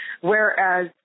whereas